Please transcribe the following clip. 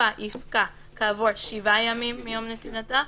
ותוקפה יפקע כעבור שבעה ימים מיום נתינתה,